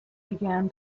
began